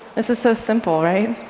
this is so simple, right?